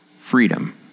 freedom